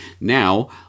Now